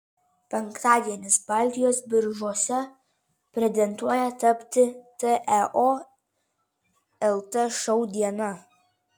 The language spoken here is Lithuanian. penktadienis baltijos biržose pretenduoja tapti teo lt šou diena